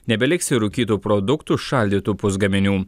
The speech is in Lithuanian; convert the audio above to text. nebeliks ir rūkytų produktų šaldytų pusgaminių